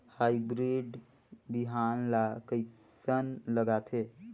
Hybrid बिहान ला कइसन लगाथे?